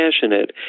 passionate